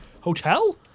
hotel